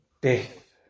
death